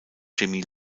chemie